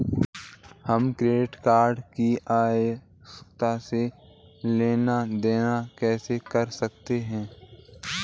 हम credit card की सहायता से लेन देन कैसे कर सकते हैं?